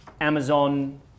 Amazon